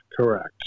Correct